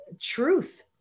truth